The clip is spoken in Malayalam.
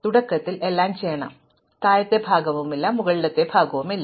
അതിനാൽ തുടക്കത്തിൽ എല്ലാം ചെയ്യണം താഴത്തെ ഭാഗമില്ല മുകളിലെ ഭാഗവുമില്ല